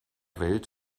welt